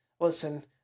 listen